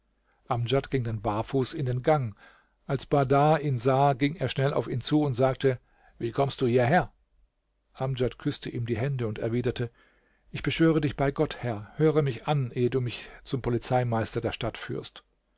amdjad ging dann barfuß in den gang als bahdar ihn sah ging er schnell auf ihn zu und sagte wie kommst du hierher amdjad küßte ihm die hände und erwiderte ich beschwöre dich bei gott herr höre mich an ehe du mich zum polizeimeister der stadt führst